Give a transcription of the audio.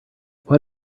what